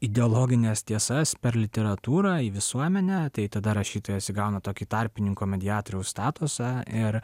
ideologines tiesas per literatūrą į visuomenę tai tada rašytojas įgauna tokį tarpininko mediatoriaus statusą ir